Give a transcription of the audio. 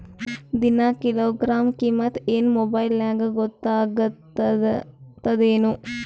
ದಿನಾ ಕಿಲೋಗ್ರಾಂ ಕಿಮ್ಮತ್ ಏನ್ ಮೊಬೈಲ್ ನ್ಯಾಗ ಗೊತ್ತಾಗತ್ತದೇನು?